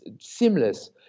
seamless